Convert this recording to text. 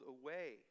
away